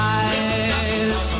eyes